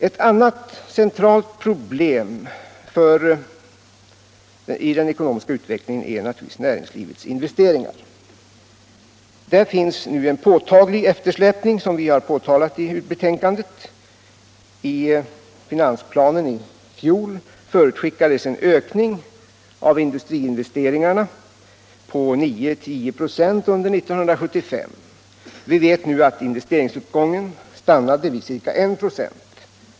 Ett annat centralt problem i den ekonomiska utvecklingen är naturligtvis näringslivets investeringar. Där finns nu, som vi har påtalat i betänkandet, en påtaglig eftersläpning. I finansplanen i fjol förutskickades en ökning av industriinvesteringarna på 9-10 96 under 1975. Vi vet nu att investeringsuppgången stannade vid ca 1 96.